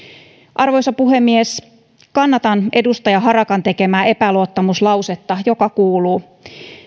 arvoisa puhemies kannatan edustaja harakan tekemää epäluottamuslausetta joka kuuluu